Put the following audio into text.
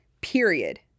period